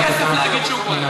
לא עולה כסף להגיד שוכראן.